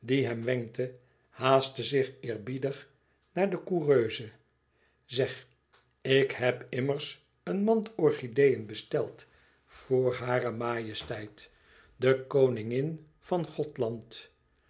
wenkte haastte zich eerbiedig naar de coureuse zeg ik heb immers een mand orchideeën besteld voor hare majesteit de koningin van gothland